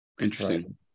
Interesting